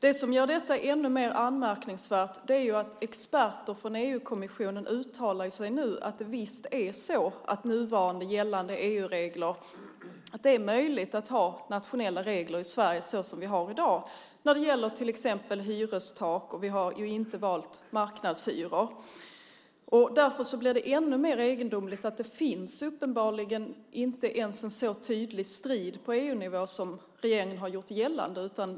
Det som gör detta ännu mer anmärkningsvärt är att experter från EU-kommissionen nu uttalar att det är möjligt att ha nationella regler i Sverige såsom vi har i dag med nu gällande EU-regler. Det gäller till exempel hyrestak, eftersom vi inte har valt marknadshyror. Det blir därför ännu mer egendomligt. Det finns uppenbarligen inte ens en så tydlig strid på EU-nivå som regeringen har gjort gällande.